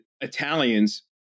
Italians